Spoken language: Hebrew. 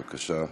בבקשה.